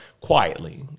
quietly